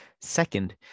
Second